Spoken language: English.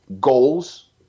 goals